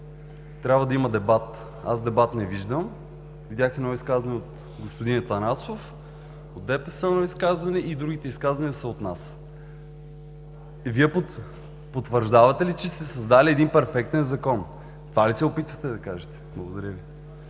трябва да има дебат. Аз дебат не виждам, видях едно изказване от господин Атанасов, от ДПС едно изказване и другите изказвания са от нас. Вие потвърждавате ли, че сте създали един перфектен Закон?! Това ли се опитвате да кажете?! Благодаря Ви.